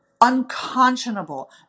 unconscionable